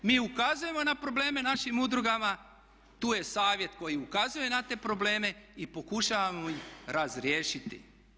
Mi ukazujemo na probleme našim udrugama, tu je Savjet koji ukazuje na te probleme i pokušavamo ih razriješiti.